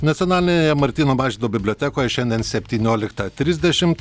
nacionalinėje martyno mažvydo bibliotekoje šiandien septynioliktą trisdešim